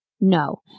No